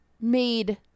made